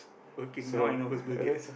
okay now I know who's Bill-Gates